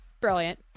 Brilliant